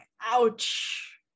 Ouch